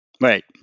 Right